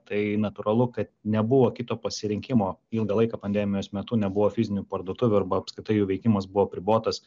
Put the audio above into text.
tai natūralu kad nebuvo kito pasirinkimo ilgą laiką pandemijos metu nebuvo fizinių parduotuvių arba apskritai jų veikimas buvo apribotas